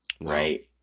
right